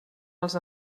els